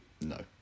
No